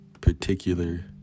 particular